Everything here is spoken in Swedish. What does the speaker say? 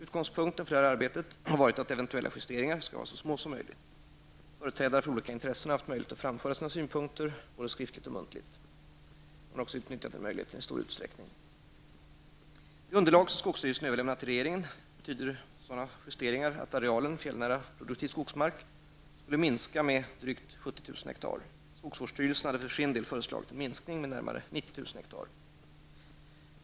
Utgångspunkten för detta arbete har varit att eventuella justeringar skall vara så små som möjligt. Företrädare för de olika intressena har haft möjlighet att framföra sina synpunkter både skriftligt och muntligt. Denna möjlighet har man också utnyttjat i stor utsträckning. Det underlag som skogsstyrelsen överlämnade till regeringen innebar sådana justeringar att arealen fjällnära produktiv skogsmark skulle minska med sammanlagt drygt 70 000 hektar.